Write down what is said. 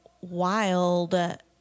wild